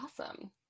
awesome